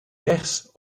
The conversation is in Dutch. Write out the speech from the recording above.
rechts